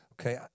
Okay